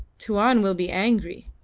tuan will be angry.